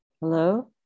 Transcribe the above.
Hello